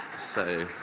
so.